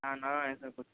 है ना ऐसा कुछ